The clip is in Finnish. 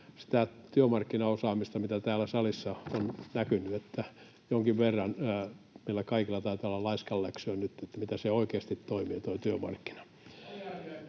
sitä työmarkkinaosaamista, mitä täällä salissa on näkynyt. Jonkin verran meillä kaikilla taitaa olla laiskanläksyä nyt, että miten se oikeasti toimii, tuo työmarkkina.